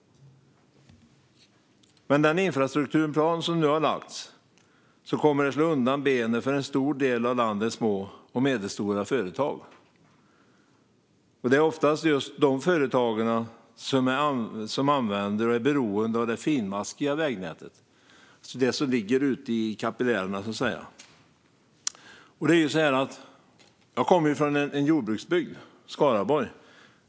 Den infrastrukturplan som nu har lagts fram kommer att slå undan benen för en stor del av landets små och medelstora företag. Det är oftast dessa företag som använder och är beroende av det finmaskiga vägnätet, som så att säga ligger ute i kapillärerna. Jag kommer från en jordbruksbygd, Skaraborg.